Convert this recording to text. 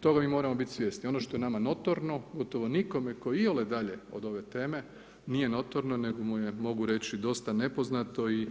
Toga mi moramo biti svjesni, ono što je nama notorno gotove nikome tko je iole dalje od ove teme nije notorno nego mu je mogu reći dosta nepoznato i